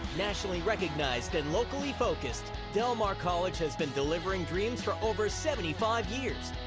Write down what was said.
nationally recognized and locally focused, del mar college has been delivering dreams for over seventy five years.